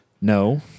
No